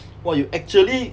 !wah! you actually